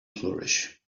flourish